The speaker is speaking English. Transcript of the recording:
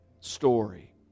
story